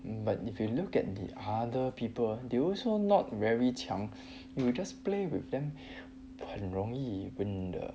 but if you look at the other people they also not very 强 you will just play with them 很容易 win 的